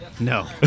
No